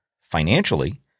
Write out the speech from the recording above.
financially